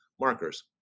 markers